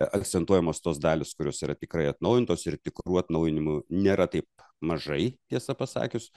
akcentuojamos tos dalys kurios yra tikrai atnaujintos ir tikrų atnaujinimų nėra taip mažai tiesą pasakius